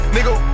Nigga